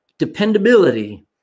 dependability